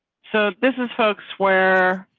so this is folks where.